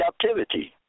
captivity